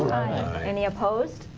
any opposed.